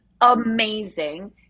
amazing